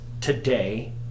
today